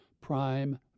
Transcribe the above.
prime